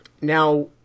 Now